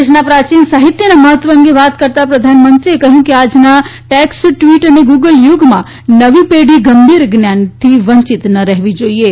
દેશનાં પ્રાચીન સાહિત્યનાં મહત્વ અંગે વાત કરતાં પ્રધાનમંત્રી એ કહ્યું કે આજનાં ટેક્સ્ટ ટ્વીટ અને ગુગલ યુગમાં નવી પેઢી ગંભીર જ્ઞાનની વંચીત ન રહેવી જોઈએ